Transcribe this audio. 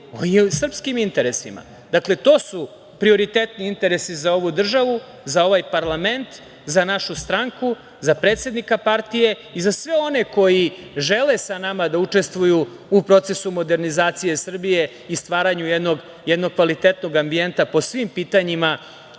i o srpskim interesima. Dakle, to su prioritetni interesi za ovu državu, za ovaj parlament, za našu stranku, za predsednika partije i za sve one koji žele sa nama da učestvuju u procesu modernizacije Srbije i stvaranju jednog kvalitetnog ambijenta po svim pitanjima